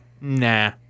nah